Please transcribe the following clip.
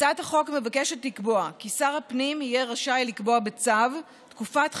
הצעת החוק מבקשת לקבוע כי שר הפנים יהיה רשאי לקבוע בצו תקופת חירום,